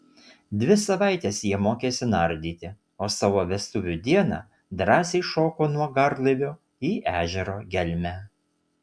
dvi savaites jie mokėsi nardyti o savo vestuvių dieną drąsiai šoko nuo garlaivio į ežero gelmę